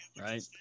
right